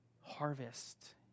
harvest